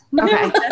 Okay